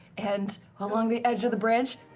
and along the edge of the branch